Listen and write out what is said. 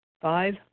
five